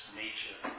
nature